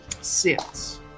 six